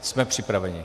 Jsme připraveni.